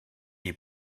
est